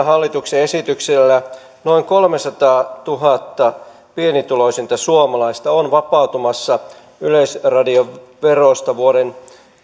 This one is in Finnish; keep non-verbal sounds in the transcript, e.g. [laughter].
[unintelligible] hallituksen esityksellä noin kolmesataatuhatta pienituloisinta suomalaista on vapautumassa yleisradioverosta vuoden